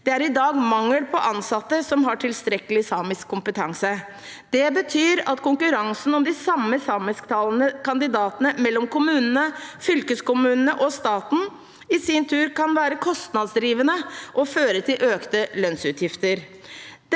Det er i dag mangel på ansatte som har tilstrekkelig samisk kompetanse. Det betyr at konkurransen om de samme samisktalende kandidatene mellom kommunene, fylkeskommunene og staten i sin tur kan være kostnadsdrivende og føre til økte lønnsutgifter.